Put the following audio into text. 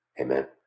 Amen